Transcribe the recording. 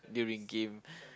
during game